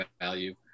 value